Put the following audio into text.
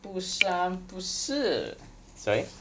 不三不四 sorry